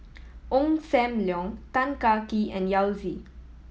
Ong Sam Leong Tan Kah Kee and Yao Zi